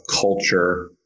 culture